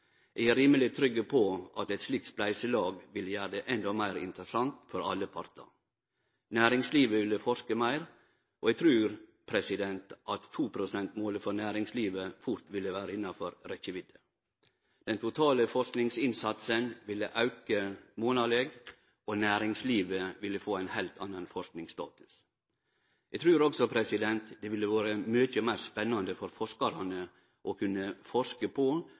Eg er rimeleg trygg på at eit slikt spleiselag ville gjere det endå meir interessant for alle partar. Næringslivet ville forske meir, og eg trur at 2 pst.-målet for næringslivet fort ville vere innanfor rekkjevidd. Den totale forskingsinnsatsen ville auke monaleg, og næringslivet ville få ein heilt annan forskingsstatus. Eg trur også det ville vore mykje meir spennande for forskarane å forske på